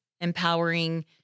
empowering